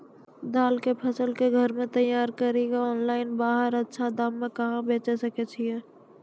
दाल के फसल के घर मे तैयार कड़ी के ऑनलाइन बाहर अच्छा दाम मे कहाँ बेचे सकय छियै?